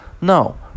No